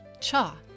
Cha